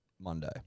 monday